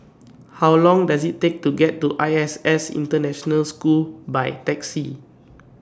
How Long Does IT Take to get to I S S International School By Taxi